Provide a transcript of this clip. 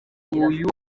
uyu